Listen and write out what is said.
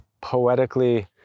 poetically